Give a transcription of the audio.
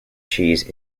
cheese